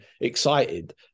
excited